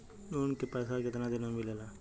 Loan के पैसा कितना दिन मे मिलेला?